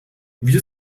wir